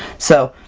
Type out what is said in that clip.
so,